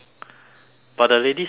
but the lady say don't have